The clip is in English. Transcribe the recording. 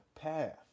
path